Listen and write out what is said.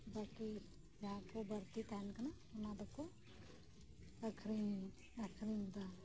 ᱵᱟᱹᱠᱤ ᱡᱟᱦᱟᱸᱠᱩ ᱵᱟᱹᱲᱛᱤ ᱛᱟᱦᱮᱱ ᱠᱟᱱᱟ ᱚᱱᱟᱫᱚᱠᱚ ᱟᱹᱠᱷᱨᱤᱧᱟ ᱟᱹᱠᱷᱨᱤᱧᱫᱟ